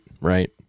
right